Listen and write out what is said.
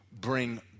bring